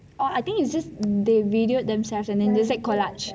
oh I think is just they videoed themselves and then ~